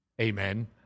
Amen